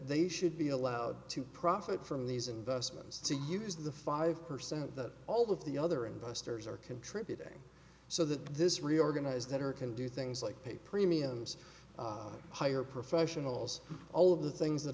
they should be allowed to profit from these investments to use the five percent that all of the other investors are contributing so that this reorganized better can do things like pay premiums higher professionals all of the things that